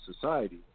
society